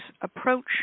approach